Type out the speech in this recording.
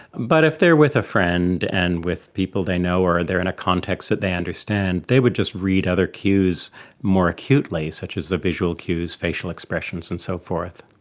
but if they are with a friend and with people they know or they are in a context that they understand, they would just read other cues more acutely, such as the visual cues, facial expressions and so forth.